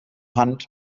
hand